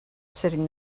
sitting